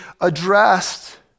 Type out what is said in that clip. addressed